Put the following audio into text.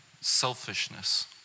selfishness